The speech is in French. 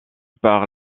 par